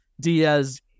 Diaz